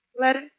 Letter